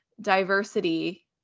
diversity